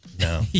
No